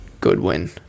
goodwin